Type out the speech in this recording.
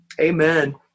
Amen